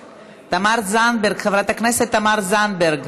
חברות הכנסת תמר זנדברג,